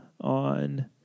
on